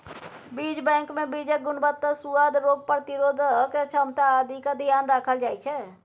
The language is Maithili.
बीज बैंकमे बीजक गुणवत्ता, सुआद, रोग प्रतिरोधक क्षमता आदिक ध्यान राखल जाइत छै